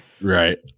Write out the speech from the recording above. right